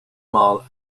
mall